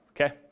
okay